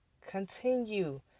Continue